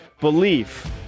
Belief